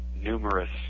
numerous